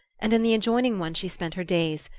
and in the adjoining one she spent her days,